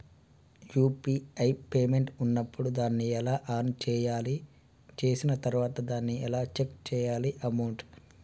UPI payment ఉన్నప్పుడు దాన్ని ఎలా ఆన్ చేయాలి? చేసిన తర్వాత దాన్ని ఎలా చెక్ చేయాలి అమౌంట్?